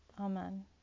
Amen